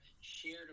shared